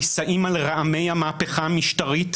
נישאים על רעמי המהפכה המשטרית.